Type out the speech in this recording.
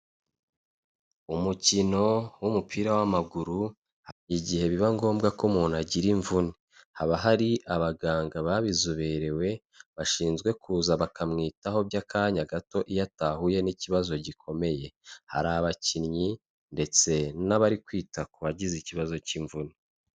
Umukino w'umupira w'amaguru igihe biba ngombwa ko umuntu agira imvune haba hari abaganga babizoberewe bashinzwe kuza bakamwitaho by'akanya gato iyo atahuye n'ikibazo gikomeye, hari abakinnyi ndetse, n'abari kwita ku bagize ikibazo cy'imvune.